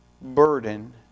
burden